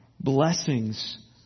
blessings